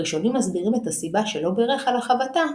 הראשונים מסבירים את הסיבה שלא ברך על החבטה,